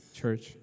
church